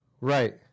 Right